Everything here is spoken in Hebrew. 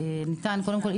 שניתן קודם כל,